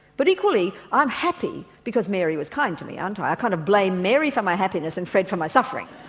but equally i'm happy because mary was kind to me aren't i, i i kind of blame mary for my happiness and fred for my suffering.